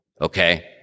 Okay